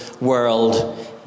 world